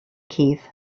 keith